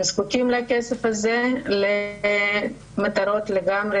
והן זקוקות לכסף הזה למטרות לגמרי